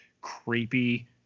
creepy